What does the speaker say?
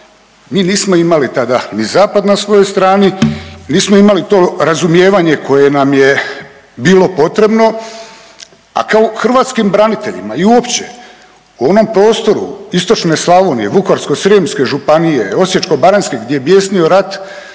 Mi nismo imali tada ni zapad na svojoj strani, nismo imali to razumijevanje koje nam je bilo potrebno, a kao hrvatskim braniteljima i uopće u onom prostoru istočne Slavonije, Vukovarsko-srijemske županije, Osječko-baranjske gdje je bjesnio rat